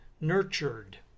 nurtured